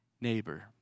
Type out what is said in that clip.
neighbor